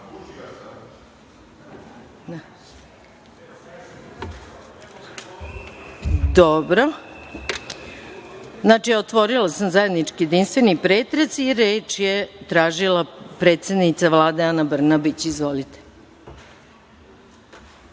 radom. Dobro, znači otvorila sam zajednički jedinstveni pretres. Reč je tražila predsednica Vlade Ana Brnabić. Izvolite.